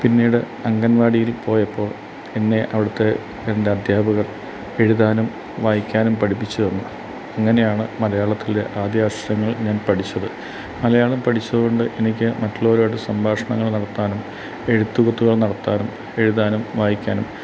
പിന്നീട് അംഗൻവാടിയിൽ പോയപ്പോൾ എന്നെ അവിടുത്തെ രണ്ട് അധ്യാപകർ എഴുതാനും വായിക്കാനും പഠിപ്പിച്ച് തന്നു അങ്ങനെയാണ് മലയാളത്തിൽ ആദ്യാക്ഷരങ്ങൾ ഞാൻ പഠിച്ചത് മലയാളം പഠിച്ചതുകൊണ്ട് എനിക്ക് മറ്റുള്ളവരുമായിട്ട് സംഭാഷണങ്ങൾ നടത്താനും എഴുത്തുകുത്തുകൾ നടത്താനും എഴുതാനും വായിക്കാനും